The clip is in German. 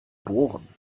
bohren